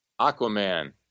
Aquaman